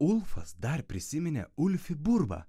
ulfas dar prisiminė ulfipurvą